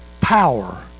power